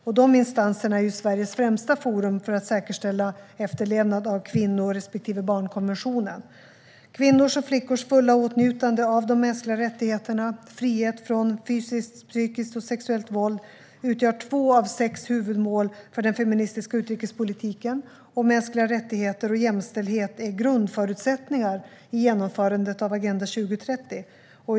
Dessa instanser är Sveriges främsta forum för att säkerställa efterlevnad av kvinno respektive barnkonventionen. Kvinnors och flickors fulla åtnjutande av de mänskliga rättigheterna samt frihet från fysiskt, psykiskt och sexuellt våld utgör två av sex huvudmål för den feministiska utrikespolitiken, och mänskliga rättigheter och jämställdhet är grundförutsättningar i genomförandet av Agenda 2030.